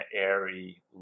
airy